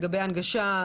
לגבי ההנגשה,